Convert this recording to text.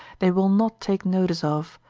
they will not take notice of,